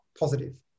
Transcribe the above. positive